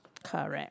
correct